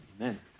Amen